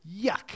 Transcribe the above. Yuck